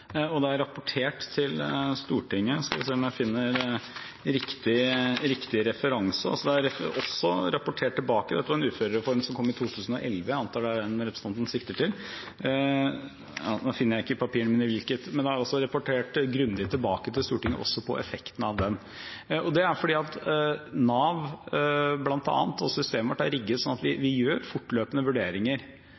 og det er rapportert til Stortinget – nå skal jeg se om jeg finner riktig referanse. Dette var en uførereform som kom i 2011, og jeg antar det er den representanten sikter til. Nå finner jeg det ikke i papirene mine, men det er rapportert grundig tilbake til Stortinget, også på effekten av den. Det er fordi Nav, bl.a., og systemet vårt er rigget sånn at vi